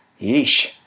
Yeesh